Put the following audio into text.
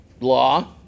Law